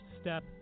step